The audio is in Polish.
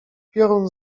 piorun